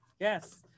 Yes